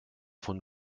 von